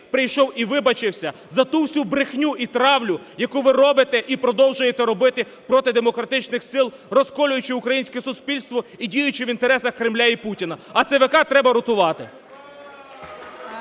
прийшов і вибачився за ту всю брехню і травлю, яку ви робите і продовжуєте робити проти демократичних сил, розколюючи українське суспільство і діючи в інтересах Кремля і Путіна. А ЦВК треба ротувати.